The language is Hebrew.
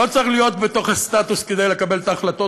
לא צריך להיות בתוך הסטטוס כדי לקבל את ההחלטות,